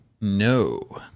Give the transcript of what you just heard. No